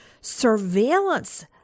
surveillance